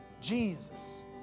Jesus